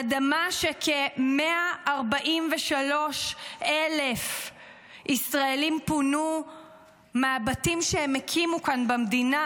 אדמה שכ-143,000 ישראלים פונו בה מהבתים שהם הקימו כאן במדינה,